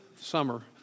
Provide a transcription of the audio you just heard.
summer